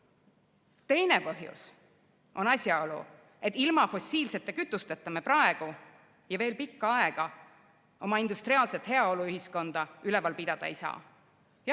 põhjus on asjaolu, et ilma fossiilsete kütusteta me praegu ja veel pikka aega oma industriaalset heaoluühiskonda üleval pidada ei saa.